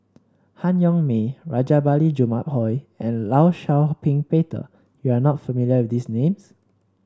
Han Yong May Rajabali Jumabhoy and Law Shau Ping Peter you are not familiar with these names